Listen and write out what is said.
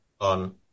on